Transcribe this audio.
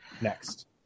next